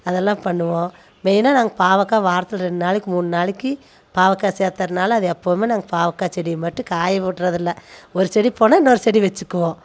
அதெல்லாம் பண்ணுவோம் மெயின்னா நாங்கள் பாவக்காய் வாரத்தில் ரெண்டு நாளைக்கு மூணு நாளைக்கு பாவக்காய் சேர்த்ததுனால எப்பவும் நாங்கள் பாவக்காய் செடி மட்டும் காய விடுறதில்லை ஒரு செடி போனால் இன்னோரு செடி வச்சுக்குவோம்